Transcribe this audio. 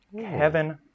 Kevin